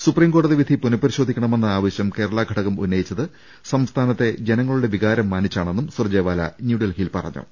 supreme കോടതി വിധി പുനപരിശോധിക്കണമെന്ന ആവശൃം കേരളാഘടകം ഉന്നയിച്ചത് സംസ്ഥാനത്തെ ജനങ്ങളുടെ വികാരം മാനിച്ചാണെന്നും സൂർജെവാല ന്യൂഡൽഹിയിൽ പറഞ്ഞു